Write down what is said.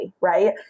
right